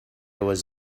was